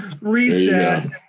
Reset